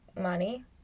money